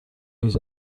his